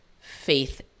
faith